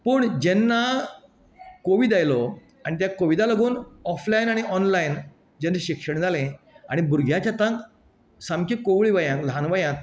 पूण जेन्ना कोविड आयलो आनी त्या कोविडाक लागून ऑफलायन आनी ऑनलायन जेन्ना शिक्षण जाले आनी भुरग्याच्या हातांत सामके कोवळे वयार ल्हान वयार